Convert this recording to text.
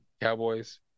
Cowboys